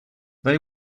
they